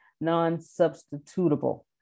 non-substitutable